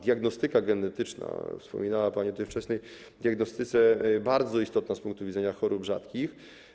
Diagnostyka genetyczna, wspominała pani o tej wczesnej diagnostyce, jest bardzo istotna z punktu widzenia chorób rzadkich.